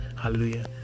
Hallelujah